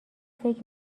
فکر